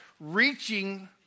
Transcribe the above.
Reaching